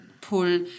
pull